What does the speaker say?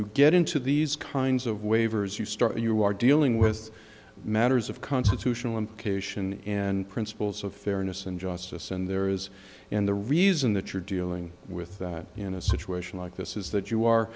you get into these kinds of waivers you start you are dealing with matters of constitutional implication and principles of fairness and justice and there is and the reason that you're dealing with that you know a situation like this is that you are